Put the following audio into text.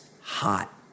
hot